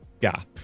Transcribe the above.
gap